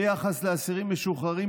ביחס לאסירים משוחררים,